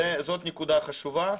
זאת נקודה חשובה.